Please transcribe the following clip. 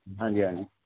ہاں جی ہاں جی